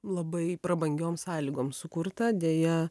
labai prabangiom sąlygom sukurtą deja